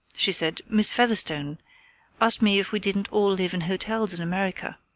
she said miss featherstone asked me if we didn't all live in hotels in america.